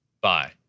Bye